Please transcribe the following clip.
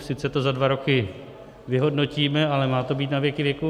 Sice to za dva roky vyhodnotíme, ale má to být na věky věkův.